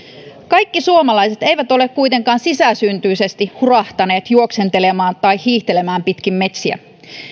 kaikki suomalaiset eivät ole kuitenkaan sisäsyntyisesti hurahtaneet juoksentelemaan tai hiihtelemään pitkin metsiä